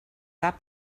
cap